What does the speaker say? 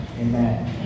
Amen